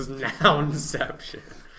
nounception